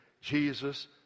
Jesus